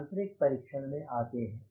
यांत्रिक परीक्षण में आते हैं